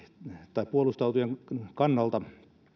tai puolustautujan kannalta